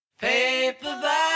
paperback